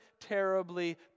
terribly